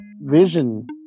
vision